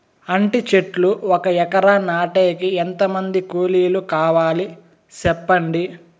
అంటి చెట్లు ఒక ఎకరా నాటేకి ఎంత మంది కూలీలు కావాలి? సెప్పండి?